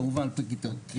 כמובן לפי קריטריונים.